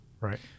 Right